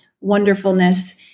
wonderfulness